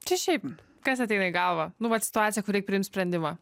čia šiaip kas ateina į galvą nu vat situacija kur reik priimt sprendimą